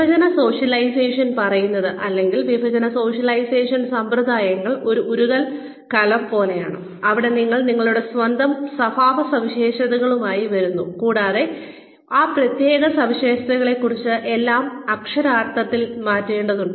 വിഭജന സോഷ്യലൈസേഷൻ പറയുന്നത് അല്ലെങ്കിൽ വിഭജന സോഷ്യലൈസേഷൻ സമ്പ്രദായങ്ങൾ ഒരു ഉരുകൽ കലം പോലെയാണ് അവിടെ നിങ്ങൾ നിങ്ങളുടെ സ്വന്തം സ്വഭാവസവിശേഷതകളുമായി വരുന്നു കൂടാതെ ആ പ്രത്യേക സവിശേഷതകളെക്കുറിച്ചുള്ള എല്ലാം അക്ഷരാർത്ഥത്തിൽ മാറ്റേണ്ടതുണ്ട്